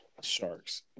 Sharks